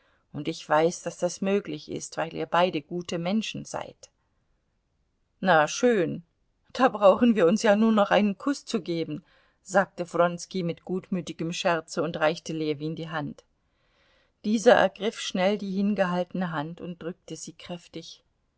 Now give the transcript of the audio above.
und ich weiß daß das möglich ist weil ihr beide gute menschen seid na schön da brauchen wir uns ja nur noch einen kuß zu geben sagte wronski mit gutmütigem scherze und reichte ljewin die hand dieser ergriff schnell die hingehaltene hand und drückte sie kräftig